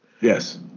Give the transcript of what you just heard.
Yes